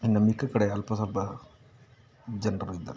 ಇನ್ನು ಮಿಕ್ಕ ಕಡೆ ಅಲ್ಪ ಸ್ವಲ್ಪ ಜನರು ಇದ್ದಾರೆ